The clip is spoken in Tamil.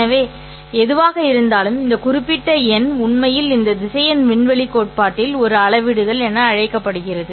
எனவே எதுவாக இருந்தாலும் இந்த குறிப்பிட்ட எண் உண்மையில் இந்த திசையன் விண்வெளி கோட்பாட்டில் ஒரு அளவிடுதல் என அழைக்கப்படுகிறது